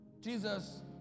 Jesus